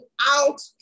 out